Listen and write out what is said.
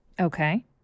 Okay